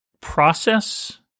process